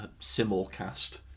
simulcast